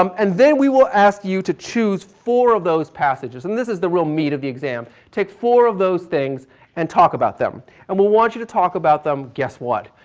um and then we will ask you to choose four of those passages and this is the real meat of the exam, take four of those things and talk about them and we will want you to talk about them guess what,